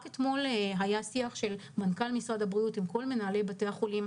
רק אתמול היה שיח של מנכ"ל משרד הבריאות עם כל מנהלי בתי החולים.